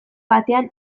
batean